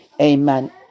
Amen